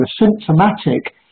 symptomatic